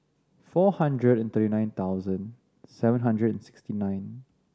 four hundred and thirty nine thousand seven hundred and sixty nine